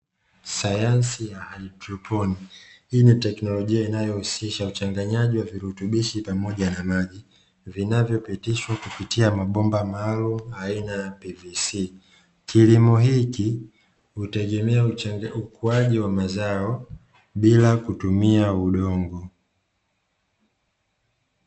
Sayansi ya haidroponi, ni sayansi inayohusisha uchanganyaji wa virutubisho pamoja na maji, vinavyopitishwa kwenye mabomba maalumu aina ya PVC. Kilimo hiki hutegemea ukuaji wa mazao bila kutumia udongo.